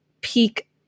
peak